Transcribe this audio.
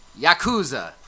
Yakuza